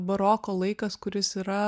baroko laikas kuris yra